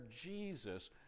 Jesus